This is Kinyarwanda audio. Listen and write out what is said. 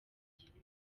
gihugu